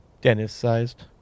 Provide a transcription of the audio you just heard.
Dennis-sized